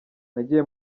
nagiye